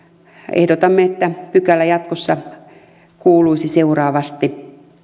ehdotamme että pykälä jatkossa kuuluisi seuraavasti